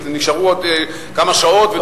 נשארו עוד כמה שעות ודוחפים,